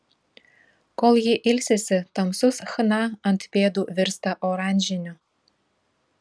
kol ji ilsisi tamsus chna ant pėdų virsta oranžiniu